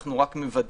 אנחנו רק מוודאים